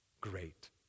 great